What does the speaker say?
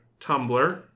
Tumblr